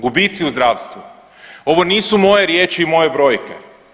Gubici u zdravstvu, ovo nisu moje riječi i moje brojke.